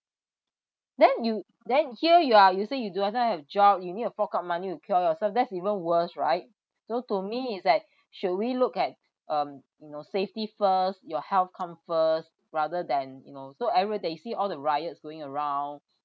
then you then here you are you say you do~ doesn't have a job you need to fork out money to cure yourself that's even worse right so to me is that should we look at um you know safety first your health come first rather than you know so everyday see all the riots going around